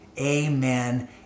Amen